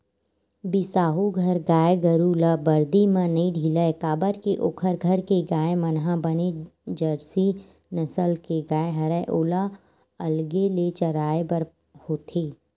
बिसाहू घर गाय गरु ल बरदी म नइ ढिलय काबर के ओखर घर के गाय मन ह बने जरसी नसल के गाय हरय ओला अलगे ले चराय बर होथे